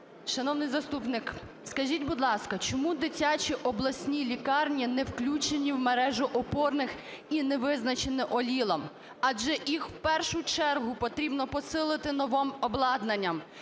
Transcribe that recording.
Шановний заступник, скажіть, будь ласка, чому дитячі обласні лікарні не включені в мережу опорних і не визначені ОЛІЛом, адже їх в першу чергу потрібно посилити новим обладнанням.